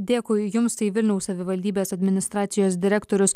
dėkui jums tai vilniaus savivaldybės administracijos direktorius